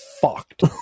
fucked